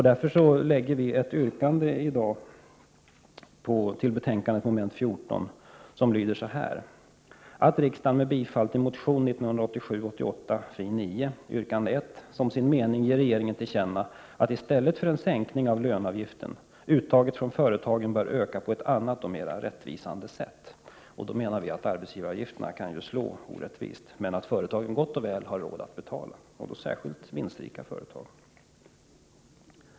Därför lägger vi fram ett yrkande i dag beträffande mom. 14 i finansutskottets betänkande 10 som har följande lydelse: 14. att riksdagen med bifall till motion 1987/88:Fi9, yrkande 1, som sin mening ger regeringen till känna följande: ”att — i stället för en sänkning av löneavgiften — uttaget från företagen bör öka på ett annat och ett mera rättvisande sätt.” Arbetsgivaravgifterna kan visserligen slå orättvist, men företagen har gott och väl råd att betala. Det gäller särskilt de vinstrika företagen.